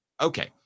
Okay